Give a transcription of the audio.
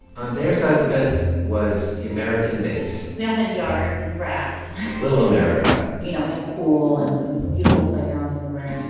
on their side of the fence was the american base we all had yards and grass little america you know, we had a pool and, like, these beautiful playgrounds everywhere